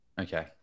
Okay